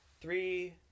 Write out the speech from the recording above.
three